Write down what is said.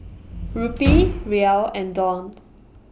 Rupee Riel and Dong